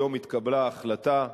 היום התקבלה החלטה,